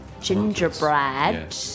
gingerbread